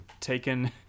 taken